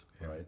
right